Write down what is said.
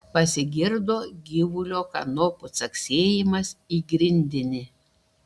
pasigirdo gyvulio kanopų caksėjimas į grindinį